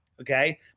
okay